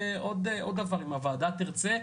אם הוועדה תרצה,